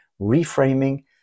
reframing